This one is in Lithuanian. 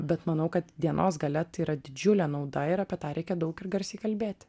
bet manau kad dienos gale tai yra didžiulė nauda ir apie tą reikia daug ir garsiai kalbėti